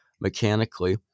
Mechanically